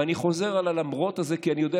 ואני חוזר על ה"למרות" הזה כי אני יודע